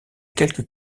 quelques